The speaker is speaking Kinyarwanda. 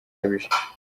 gakabije